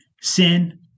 Sin